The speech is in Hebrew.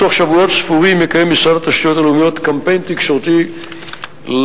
בתוך שבועות ספורים יקיים משרד התשתיות הלאומיות קמפיין תקשורתי בנושא.